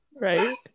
Right